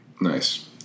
Nice